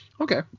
Okay